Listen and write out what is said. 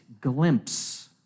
glimpse